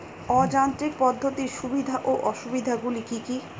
অযান্ত্রিক পদ্ধতির সুবিধা ও অসুবিধা গুলি কি কি?